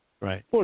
Right